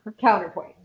Counterpoint